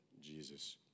Jesus